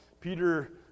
Peter